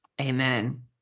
Amen